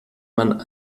man